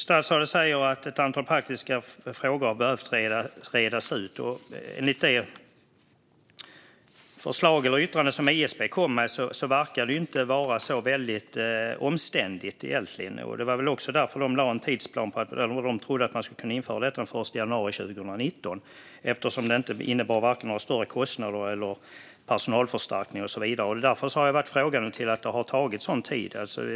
Statsrådet säger att ett antal praktiska frågor har behövt redas ut. Enligt ISP:s yttrande verkar detta dock inte vara särskilt omständligt. Man lade därför fram en tidsplan för införande den 1 januari 2019 eftersom det varken skulle innebära större kostnader eller personalförstärkning. Därför har jag varit frågande till att detta har tagit sådan tid.